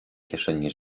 kieszeni